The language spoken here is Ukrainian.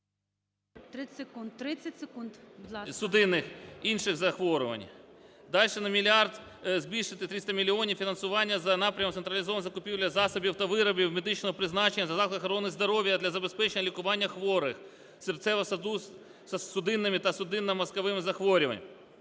А.В. Судинних, інших захворювань. Далі: на 1 мільярд, збільшити, 300 мільйонів фінансування за напрямом централізована закупівля засобів та виробів медичного призначення на заклади охорони здоров'я для забезпечення лікування хворих з серцево-судинними та судинно-мозковими захворюваннями.